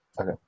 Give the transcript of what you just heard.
Okay